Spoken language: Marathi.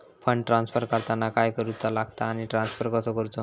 फंड ट्रान्स्फर करताना काय करुचा लगता आनी ट्रान्स्फर कसो करूचो?